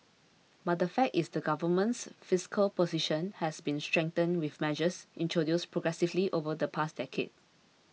but the fact is the Government's fiscal position has been strengthened with measures introduced progressively over the past decade